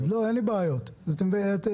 כי יש גם את ישראל אבל אתם בעצם באים ביחד,